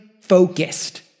focused